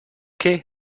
què